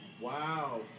Wow